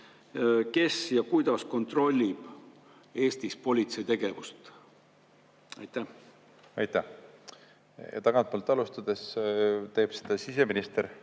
kes ja kuidas kontrollib Eestis politsei tegevust? Aitäh! Tagantpoolt alustades teeb seda siseminister